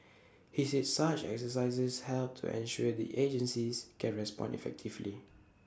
he said such exercises help to ensure the agencies can respond effectively